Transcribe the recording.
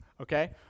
okay